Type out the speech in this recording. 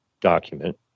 document